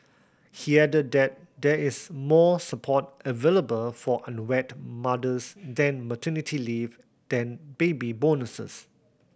he added that there is more support available for unwed mothers than maternity leave then baby bonuses